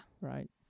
Right